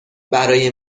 برای